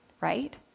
right